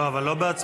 לא, אבל לא בהצבעות.